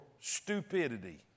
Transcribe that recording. stupidity